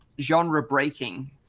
genre-breaking